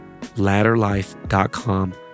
Ladderlife.com